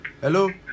Hello